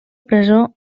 presó